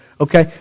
Okay